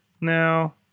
now